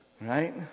right